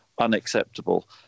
unacceptable